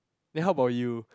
then how about you